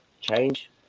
change